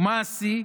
ומה השיא?